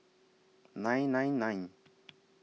nine nine nine